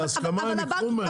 הסכמה הם ייקחו ממנו,